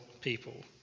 people